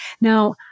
Now